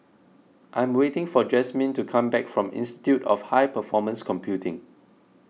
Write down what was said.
I am waiting for Jazmyne to come back from Institute of High Performance Computing